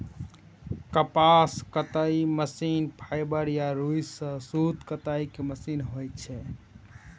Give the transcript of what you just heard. कपास कताइ machine fibre या रुइ सं सूत कताइ के मशीन होइ छै